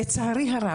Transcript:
לצערי הרב,